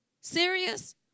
Serious